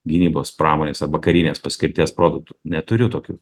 gynybos pramonės arba karinės paskirties produktų neturiu tokių